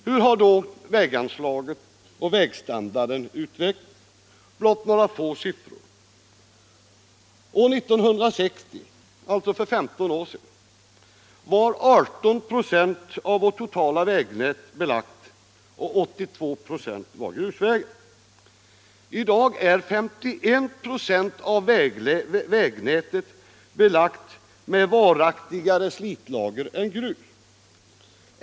Hur har då väganslagen och vägstandarden utvecklats? Blott några få siffror. År 1960, alltså för femton år sedan, var 18 96 av vårt totala vägnät belagt och 82 96 var grusvägar. I dag är 51 96 av vägnätet belagt med varaktigare slitlager än grus.